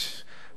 כן.